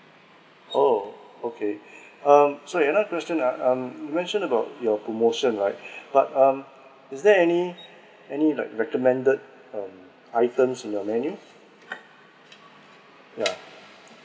oh okay um so another question ah um you mentioned about your promotion right but um is there any any like recommended um items in your menu yeah